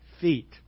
feet